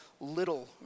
little